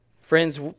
Friends